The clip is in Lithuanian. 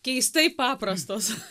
keistai paprastos